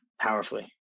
powerfully